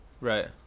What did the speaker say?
Right